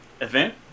event